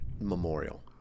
Memorial